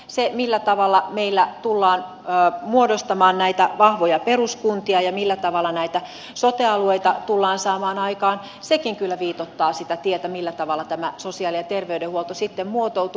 sekin millä tavalla meillä tullaan muodostamaan näitä vahvoja peruskuntia ja millä tavalla näitä sote alueita tullaan saamaan aikaan kyllä viitoittaa sitä tietä millä tavalla tämä sosiaali ja terveydenhuolto muotoutuu